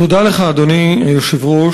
תודה לך, אדוני היושב-ראש.